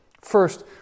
First